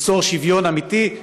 ליצור שוויון אמיתי,